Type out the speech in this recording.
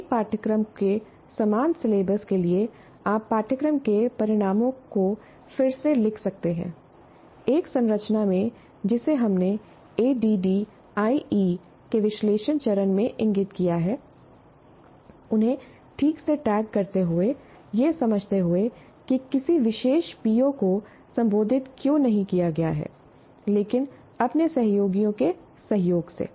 एक पाठ्यक्रम के समान सिलेबस के लिए आप पाठ्यक्रम के परिणामों को फिर से लिख सकते हैं एक संरचना में जिसे हमने एडीडीआईई के विश्लेषण चरण में इंगित किया है उन्हें ठीक से टैग करते हुए यह समझते हुए कि किसी विशेष पीओ को संबोधित क्यों नहीं किया गया है लेकिन अपने सहयोगियों के सहयोग से